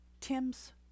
Tim's